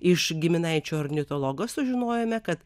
iš giminaičio ornitologo sužinojome kad